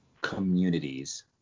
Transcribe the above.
communities